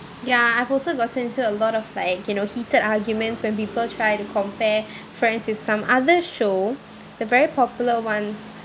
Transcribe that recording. ya I've also gotten to a lot of like you know heated arguments when people try to compare friends with some other show the very popular ones